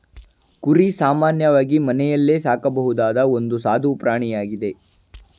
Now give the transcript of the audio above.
ಕುರಿ ಸಾಮಾನ್ಯವಾಗಿ ಮನೆಯಲ್ಲೇ ಸಾಕಬಹುದಾದ ಒಂದು ಸಾದು ಪ್ರಾಣಿಯಾಗಿದೆ